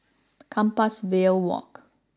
Compassvale Walk